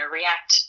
react